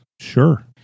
Sure